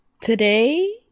Today